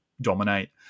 dominate